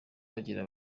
bagira